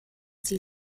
sie